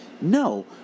No